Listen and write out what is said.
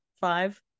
five